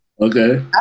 Okay